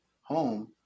home